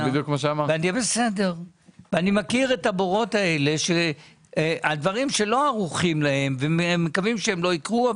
אני מכיר את הבורות האלה על דברים שלא ערוכים להם ומקווים שהם לא יקרו.